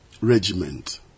regiment